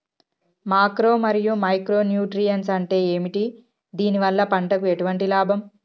Macro మరియు micro nutrients అంటే ఏమిటి? దీనివల్ల పంటకు ఎటువంటి లాభం?